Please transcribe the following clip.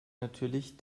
natürlich